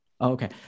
Okay